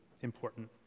important